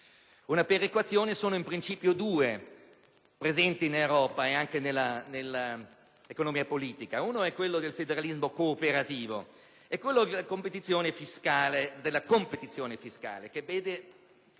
una perequazione sono in principio due, presenti in Europa e anche nell'economia politica: il primo è quello del federalismo cooperativo; il secondo è quello della competizione fiscale, che mette